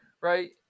right